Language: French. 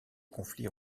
conflit